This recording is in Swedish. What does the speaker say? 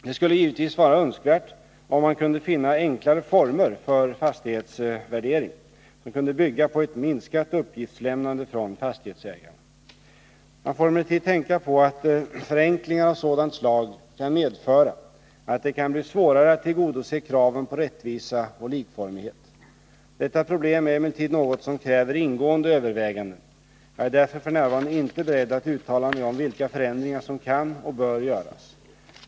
Det skulle givetvis vara önskvärt om man kunde finna enklare former för fastighetsvärdering, som kunde bygga på ett minskat uppgiftslämnande från fastighetsägarna. Man får emellertid tänka på att förenklingar av sådant slag kan medföra att det kan bli svårare att tillgodose kraven på rättvisa och likformighet. Detta problem är emellertid något som kräver ingående överväganden. Jag är därför f. n. inte beredd att uttala mig om vilka förändringar som kan och bör göras.